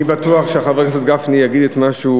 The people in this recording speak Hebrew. אני בטוח שחבר הכנסת גפני יגיד את מה שהוא